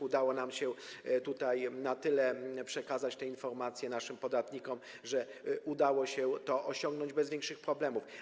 Udało nam się tutaj na tyle przekazać te informacje naszym podatnikom, że udało się to osiągnąć bez większych problemów.